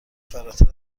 فراتر